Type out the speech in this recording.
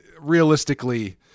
realistically